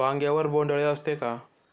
वांग्यावर बोंडअळी असते का?